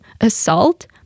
assault